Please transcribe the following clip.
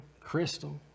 Crystal